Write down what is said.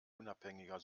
unabhängiger